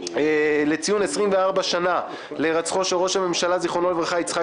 לציון 24 שנים להירצחו של ראש הממשלה יצחק